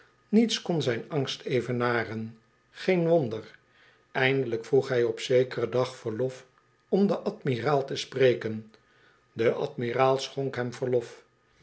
niets kon zijn angst evenaren geen wonder eindelijk vroeg hij op zekeren dag verlof om den admiraal te spreken de admiraal schonk hem verlof